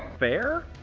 fair?